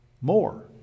more